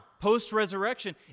post-resurrection